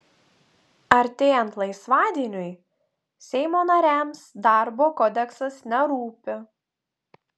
artėjant laisvadieniui seimo nariams darbo kodeksas nerūpi